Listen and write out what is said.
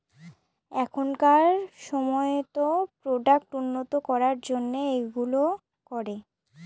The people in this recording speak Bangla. এখনকার সময়তো প্রোডাক্ট উন্নত করার জন্য এইগুলো করে